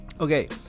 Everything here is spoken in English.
Okay